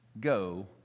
go